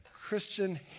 Christian